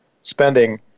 spending